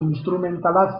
instrumentala